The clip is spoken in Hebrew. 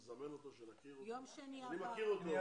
אני אומנם מכיר אותו,